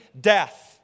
death